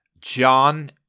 John